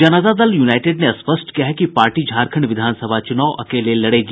जनता Dal United ने स्पष्ट किया है कि पार्टी झारखंड विधानसभा चूनाव अकेले लड़ेगी